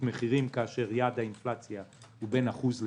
מחירים כאשר יעד האינפלציה הוא בין 1% ל-3%,